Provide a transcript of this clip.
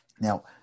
Now